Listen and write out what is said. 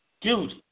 dude